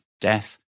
death